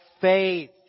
faith